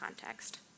context